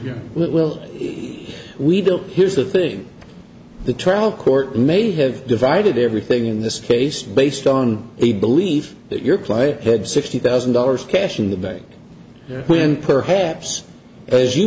room will we built here's the thing the trial court may have divided everything in this case based on a belief that your client had sixty thousand dollars cash in the day when perhaps as you